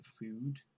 food